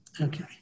Okay